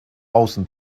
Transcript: außen